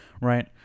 right